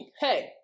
Hey